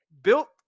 built